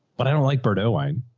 but i don't like burrito wine.